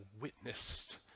witnessed